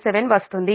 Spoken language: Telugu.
7 వస్తుంది